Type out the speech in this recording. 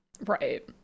Right